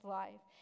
life